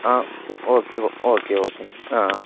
ஆ ச ஓகே ஓ ஓகே ஓகேங்க ஆ ஆ